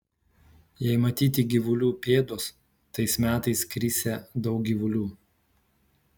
jei matyti gyvulių pėdos tais metais krisią daug gyvulių